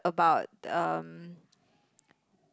about um